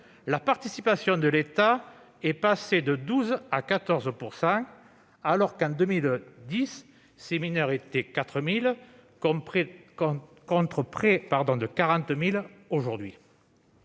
la participation de l'État est passée de 12 % à 14 %, alors que ces mineurs étaient 4 000 en 2010, contre près de 40 000 aujourd'hui.